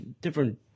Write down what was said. different